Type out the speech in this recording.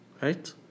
Right